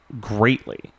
greatly